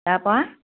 তাৰপৰা